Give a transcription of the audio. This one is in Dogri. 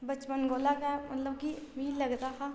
बचपन कोला गै मतलब कि मी लगदा हा